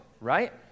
right